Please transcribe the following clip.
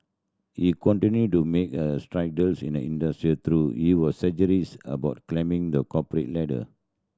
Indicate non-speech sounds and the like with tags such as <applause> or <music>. he continued to make a stride <unintelligible> in the industry through he was <unintelligible> about climbing the corporate ladder